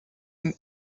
not